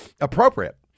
appropriate